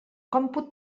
còmput